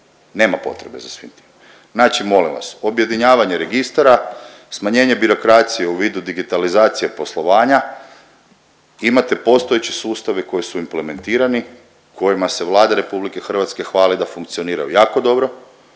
nema potrebe za svim tim. Znači molim vas, objedinjavanja registara, smanjenje birokracije u vidu digitalizacije poslovanja. Imate postojeće sustave koji su implementirani, kojima se Vlada RH hvali da funkcioniraju jako dobro,